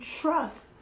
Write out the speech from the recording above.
trust